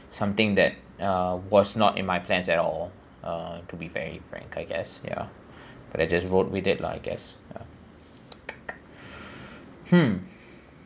something that uh was not in my plans at all uh to be very frank I guess ya but I just rode with it lah I guess hmm